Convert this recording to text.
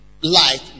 light